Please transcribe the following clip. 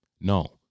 no